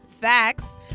facts